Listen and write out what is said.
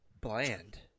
bland